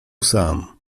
sam